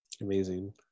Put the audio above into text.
Amazing